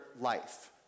life